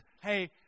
hey